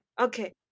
Okay